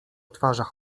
twarzach